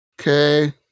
Okay